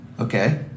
Okay